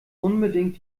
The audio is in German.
unbedingt